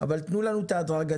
אבל תנו לנו את ההדרגתיות.